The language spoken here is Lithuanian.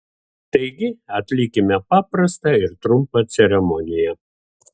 taigi atlikime paprastą ir trumpą ceremoniją